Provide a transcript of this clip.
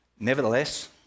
Nevertheless